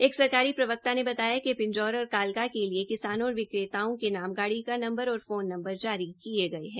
एक सरकारी प्रवक्ता ने बताया कि पिंजौर और कालका के लिए किसानों और विक्रेताओं के नाम गाड़ी का नंबर और फोन नंबर जारी किये गये है